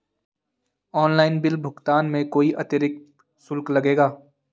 Online bill भुगतान में कोई अतिरिक्त शुल्क लगेगा?